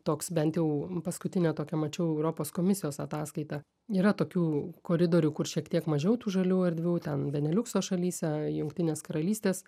toks bent jau paskutinę tokią mačiau europos komisijos ataskaitą yra tokių koridorių kur šiek tiek mažiau tų žalių erdvių ten beneliukso šalyse jungtinės karalystės